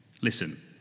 Listen